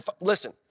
Listen